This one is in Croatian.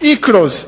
i kroz